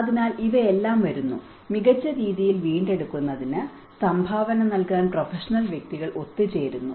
അതിനാൽ ഇവയെല്ലാം വരുന്നു മികച്ച രീതിയിൽ വീണ്ടെടുക്കുന്നതിന് സംഭാവന നൽകാൻ പ്രൊഫഷണൽ വ്യക്തികൾ ഒത്തുചേരുന്നു